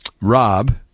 Rob